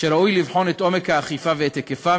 שראוי לבחון את עומק האכיפה ואת היקפה,